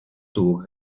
tuvo